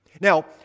Now